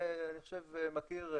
אני חושב שהוא מכיר,